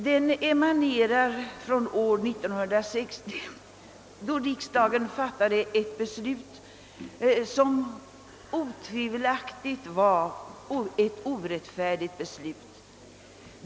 Den emanerar från år 1960 då riksdagen fattade ett beslut som otvivelaktigt var orättfärdigt.